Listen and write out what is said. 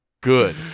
good